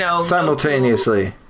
Simultaneously